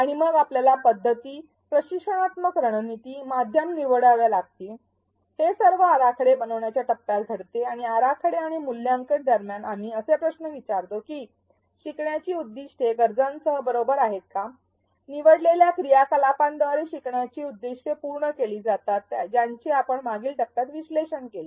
आणि मग आपल्याला पद्धती प्रशिक्षणात्मक रणनीती माध्यम निवडाव्या लागतील हे सर्व आराखडे बनवण्याच्या टप्पात घडते आणि आराखडे आणि मूल्यांकन दरम्यान आम्ही असे प्रश्न विचारतो की शिकण्याची उद्दिष्टे गरजांसह बरोबर आहेत का निवडलेल्या क्रियाकलापांद्वारे शिकण्याची उद्दीष्टे पूर्ण केली जातात ज्यांचे आपण मागील टप्प्यात विश्लेषण केले